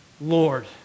Lord